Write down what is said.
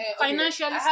financially